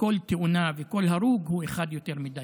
וכל תאונה וכל הרוג הוא אחד יותר מדי.